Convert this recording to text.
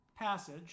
passage